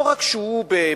לא רק שהוא בבלגיה,